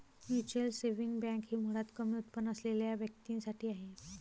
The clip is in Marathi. म्युच्युअल सेव्हिंग बँक ही मुळात कमी उत्पन्न असलेल्या व्यक्तीं साठी आहे